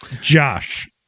Josh